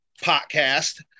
podcast